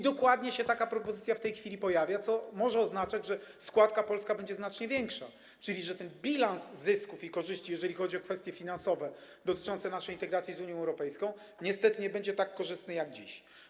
Dokładnie taka propozycja w tej chwili się pojawia, co może oznaczać, że składka Polski będzie znacznie większa, czyli że ten bilans zysków i korzyści, jeżeli chodzi o kwestie finansowe dotyczące naszej integracji z Unią Europejską, niestety nie będzie tak korzystny jak dziś.